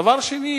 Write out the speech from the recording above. דבר שני,